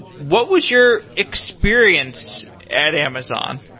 what was your experience at amazon?